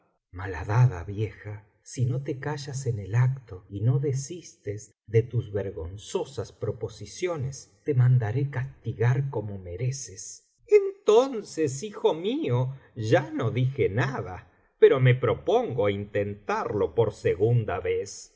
malhadada vieja si no te callas en el acto y nc desistes de tus vergonzosas proposiciones te mandaré castigar como mereces entonces hijo mío ya no dije nada pero me propongo intentarlo por segunda vez